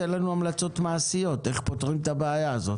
גם תן לנו המלצות מעשיות איך פותרים את הבעיה הזאת.